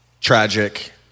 tragic